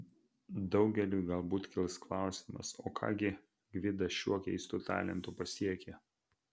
daugeliui galbūt kils klausimas o ką gi gvidas šiuo keistu talentu pasiekė